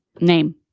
Name